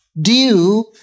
due